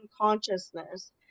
consciousness